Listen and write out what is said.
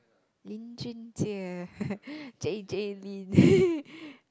Lin Jun Jie J_J-Lin